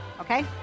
okay